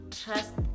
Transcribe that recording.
trust